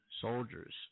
soldiers